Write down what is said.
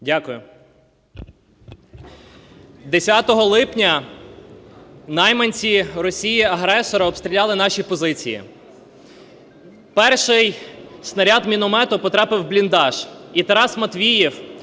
Дякую. 10 липня найманці Росії-агресора обстріляли наші позиції. Перший снаряд міномету потрапив в бліндаж. І Тарас Матвіїв,